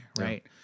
right